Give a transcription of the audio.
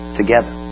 together